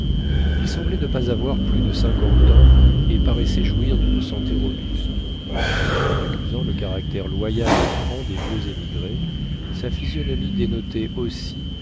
il semblait ne pas avoir plus de cinquante ans et paraissait jouir d'une santé robuste tout en accusant le caractère loyal et franc des vieux émigrés sa physionomie dénotait aussi